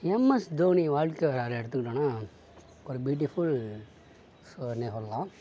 MS Dhoni வாழ்க்கை வரலாறு எடுத்துகிட்டோம்னா ஒரு ப்யூட்டி ஃபுல் ஸ்டோரினே சொல்லெலாம்